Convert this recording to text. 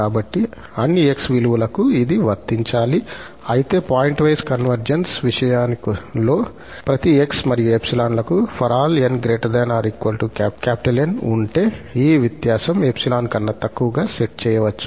కాబట్టి అన్నీ 𝑥 విలువలకి ఇది వర్తించాలి అయితే పాయింట్వైస్ కన్వర్జెన్స్ విషయంలో ప్రతి 𝑥 మరియు 𝜖 లకు ∀ 𝑛 ≥ 𝑁 ఉన్న 𝑁 ఉంటే ఈ వ్యత్యాసం 𝜖 కన్నా తక్కువగా సెట్ చేయవచ్చు